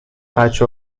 بچه